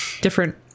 different